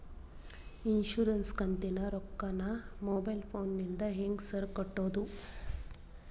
Insurance ಕಂತಿನ ರೊಕ್ಕನಾ mobile ಫೋನಿಂದ ಹೆಂಗ್ ಸಾರ್ ಕಟ್ಟದು?